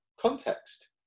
context